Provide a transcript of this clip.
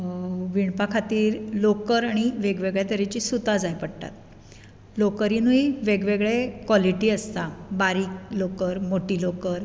विणपा खातीर लोकर आनी वेग वेगळे तरेचीं सुतां जाय पडटात लोकरीनूय वेग वेगळे कॉलिटी आसता बारीक लोकर मोठी लोकर